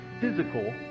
physical